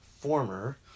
former